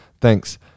Thanks